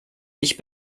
nicht